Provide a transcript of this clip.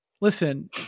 Listen